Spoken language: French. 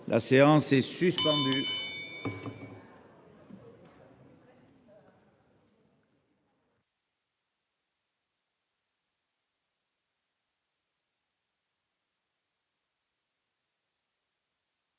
La séance est suspendue.